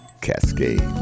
Cascade